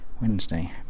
Wednesday